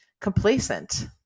complacent